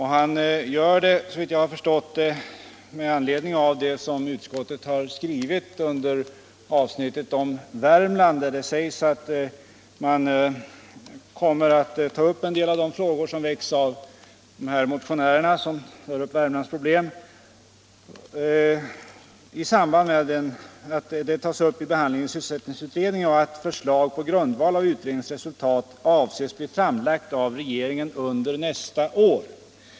Han gjorde det, såvitt jag förstår, med anledning av vad utskottet har skrivit under avsnittet om Värmland, där det sägs att en del av de frågor om Värmlandsproblemen som har väckts av motionärerna kommer att behandlas av sysselsättningsutredningen och att ”förslag på grundval av utredningens resultat avses bli framlagt av regeringen under nästa år”.